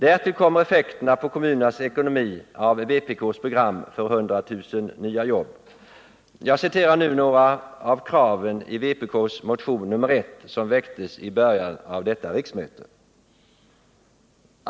Därtill kommer effekterna på kommunernas ekonomi av vpk:s program för 100 000 nya jobb. Jag citerar nu några av kraven i vpk:s motion ar I som väcktes i början av detta riksmöte: ”2.